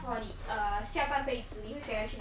中国我现在才想 actually 我想去中国